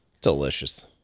Delicious